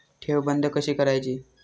ठेव बंद कशी करायची?